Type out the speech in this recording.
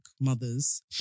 mothers